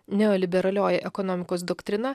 neoliberalioji ekonomikos doktrina